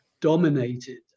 dominated